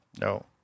No